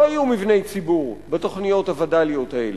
לא יהיו מבני ציבור בתוכניות הווד"ליות האלה.